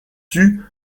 tuent